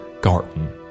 garden